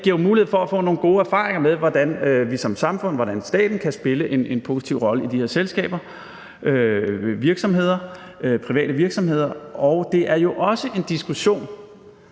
giver jo mulighed for at få nogle gode erfaringer med, hvordan vi som samfund, og hvordan staten kan spille en positiv rolle i de her selskaber, i de her private virksomheder. Det er jo også en diskussion,